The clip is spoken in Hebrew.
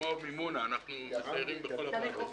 המימונה אנחנו מסיירים בכל הוועדות.